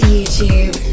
YouTube